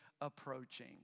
approaching